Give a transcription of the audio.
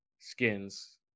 skins